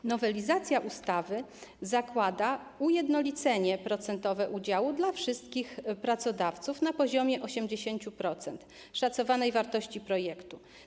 W nowelizacji ustawy zakłada się ujednolicenie procentowego udziału dla wszystkich pracodawców na poziomie 80% szacowanej wartości projektu.